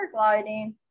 paragliding